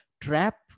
Trap